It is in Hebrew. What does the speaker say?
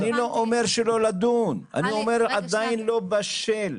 אני לא אומר שלא לדון, אני אומר שעדיין לא בשל.